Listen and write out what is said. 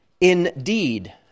indeed